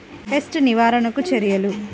Pest నివారణకు చర్యలు?